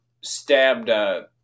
stabbed –